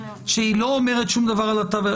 --- שהיא לא אומרת שום דבר על התו הירוק.